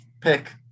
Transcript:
pick